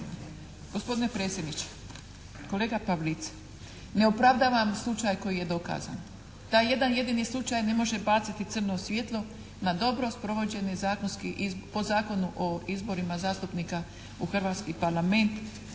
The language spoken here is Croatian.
Gospodine predsjedniče. Kolega Pavlic. Ne opravdavam slučaj koji je dokazan. Taj jedan jedini slučaj ne može baciti crno svijetlo na dobro sprovođeni po Zakonu o izborima zastupnika u Hrvatski Parlament.